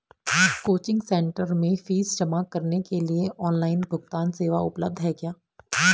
Coaching centre में fees जमा करने के लिए ऑनलाइन भुगतान सेवा उपलब्ध है क्या?